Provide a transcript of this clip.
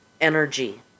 energy